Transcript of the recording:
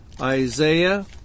Isaiah